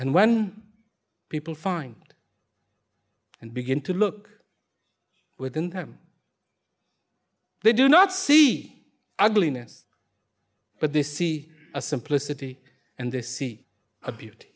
and when people find and begin to look within them they do not see ugliness but they see a simplicity and they see a